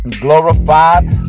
Glorified